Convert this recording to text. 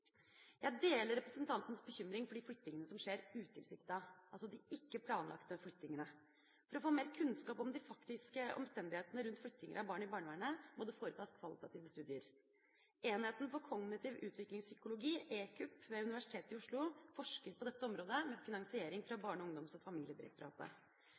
Jeg deler representantens bekymring for de flyttingene som skjer utilsiktet, altså de ikke-planlagte flyttingene. For å få mer kunnskap om de faktiske omstendighetene rundt flyttinger av barn i barnevernet må det foretas kvalitative studier. Enheten for kognitiv utviklingspsykologi, EKUP, ved Universitetet i Oslo forsker på dette området, med finansiering fra